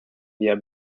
yet